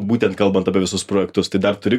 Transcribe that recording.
būtent kalbant apie visus projektus tai dar turi